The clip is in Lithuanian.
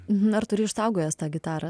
na ar turi išsaugojęs tą gitarą